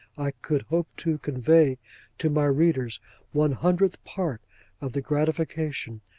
i could hope to convey to my readers one-hundredth part of the gratification,